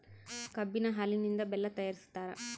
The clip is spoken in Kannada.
ಕಬ್ಬಿನ ಹಾಲಿನಿಂದ ಬೆಲ್ಲ ತಯಾರಿಸ್ತಾರ